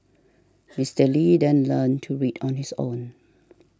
Mister Lee then learnt to read on his own